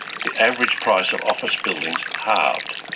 the average price of office buildings halved.